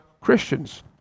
Christians